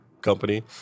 company